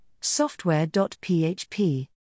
software.php